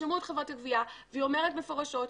ושמעו את חברת הגבייה והיא אומרת מפורשות: